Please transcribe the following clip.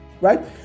right